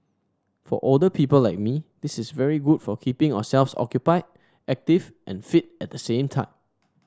for older people like me this is very good for keeping ourselves occupied active and fit at the same time